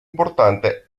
importante